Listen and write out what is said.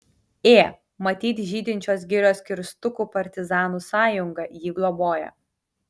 ė matyt žydinčios girios kirstukų partizanų sąjunga jį globoja